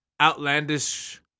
outlandish